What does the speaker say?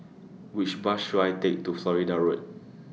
Which Bus should I Take to Florida Road